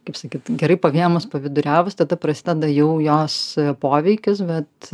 kaip sakyt gerai pavėmus paviduriavus tada prasideda jau jos poveikis bet